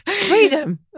Freedom